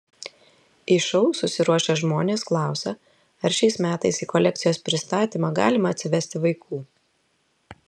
į šou susiruošę žmonės klausia ar šiais metais į kolekcijos pristatymą galima atsivesti vaikų